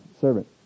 servant